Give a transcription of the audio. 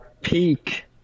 peak